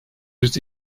yüz